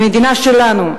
במדינה שלנו.